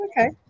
Okay